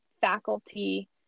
faculty